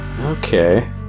Okay